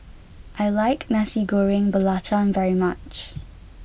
I like Nasi Goreng Belacan very much